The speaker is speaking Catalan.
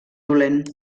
dolent